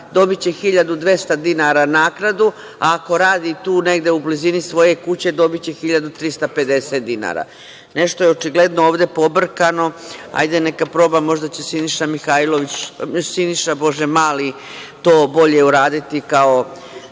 dobiće 1.200 dinara naknadu, a ako radi tu negde u blizini svoje kuće, dobiće 1.350 dinara. Nešto je očigledno ovde pobrkano. Ajde neka proba, možda će Siniša Mali to bolje uraditi kao